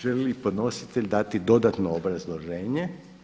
Želi li podnositelj dati dodatno obrazloženje?